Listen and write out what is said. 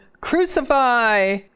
Crucify